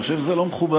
אני חושב שזה לא מכובד,